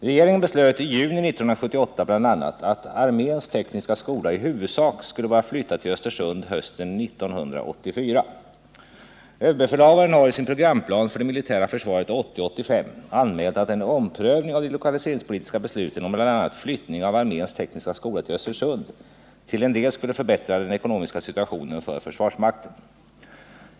Överbefälhavaren har i sin programplan för det militära försvaret 1980-1985 anmält att en omprövning av de lokaliseringspolitiska besluten om bl.a. flyttning av arméns tekniska skola till Östersund till en del skulle förbättra den ekonomiska situationen för försvarsmakten.